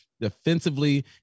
defensively